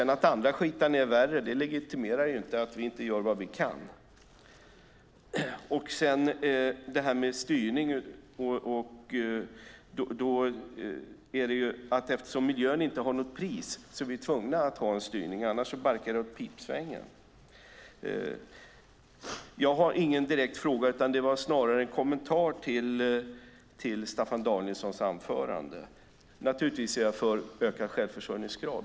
Att andra skitar ned värre legitimerar inte att vi inte gör vad vi kan. Vi är tvungna att ha en styrning eftersom miljön inte har något pris. Annars barkar det åt pipsvängen. Jag har inte någon direkt fråga, utan detta var snarare en kommentar till Staffan Danielssons anförande. Naturligtvis är också jag för ökad självförsörjningsgrad.